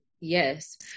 yes